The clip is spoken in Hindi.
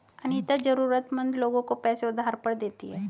अनीता जरूरतमंद लोगों को पैसे उधार पर देती है